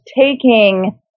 taking